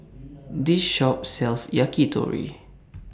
This Shop sells Yakitori